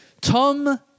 Tom